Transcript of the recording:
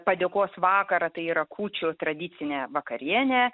padėkos vakarą tai yra kūčių tradicinę vakarienę